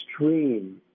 extreme